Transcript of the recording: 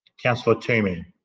councillor toomey